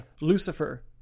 lucifer